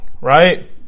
right